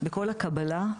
בכל הקבלה.